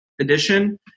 edition